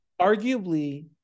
arguably